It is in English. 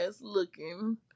looking